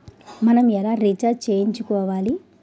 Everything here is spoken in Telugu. నేను ఎలా రీఛార్జ్ చేయించుకోవాలి?